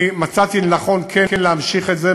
אני מצאתי לנכון כן להמשיך את זה,